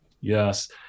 Yes